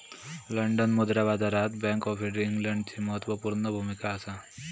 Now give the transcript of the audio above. London मुद्रा बाजारात bank of इंग्लंडची म्हत्त्वापूर्ण भुमिका असा